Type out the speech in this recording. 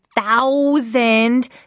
Thousand